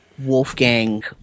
Wolfgang